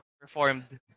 performed